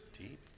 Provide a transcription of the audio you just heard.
Deep